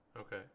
Okay